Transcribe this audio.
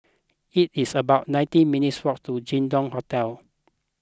it is about nineteen minutes' walk to Jin Dong Hotel